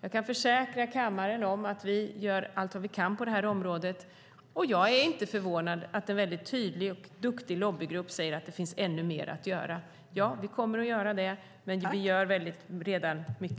Jag kan försäkra kammaren att vi gör allt vad vi kan på detta område. Men jag är inte förvånad över att en tydlig och duktig lobbygrupp säger att det finns ännu mer att göra. Ja, vi kommer att göra det. Men vi gör redan mycket.